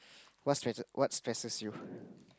what stresses what stresses you